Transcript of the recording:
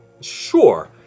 Sure